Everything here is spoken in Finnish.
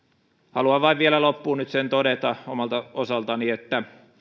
haluan vain vielä loppuun nyt sen todeta omalta osaltani että